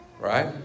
Right